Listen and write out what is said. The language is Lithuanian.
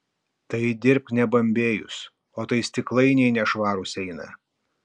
tai dirbk nebambėjus o tai stiklainiai nešvarūs eina